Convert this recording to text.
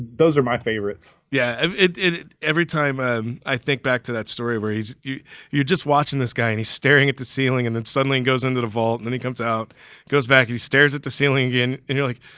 those are my favorites yeah it did every time i think back to that story where you you're just watching this guy and he's staring at the ceiling and then suddenly he goes into the vault then he comes out goes back he stares at the ceiling again and you're like,